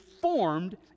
formed